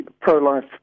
pro-life